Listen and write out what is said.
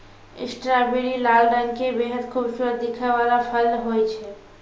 strawberry लाल रंग के बेहद खूबसूरत दिखै वाला फल होय छै